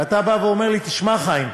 ואתה בא ואומר לי: תשמע, חיים,